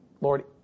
Lord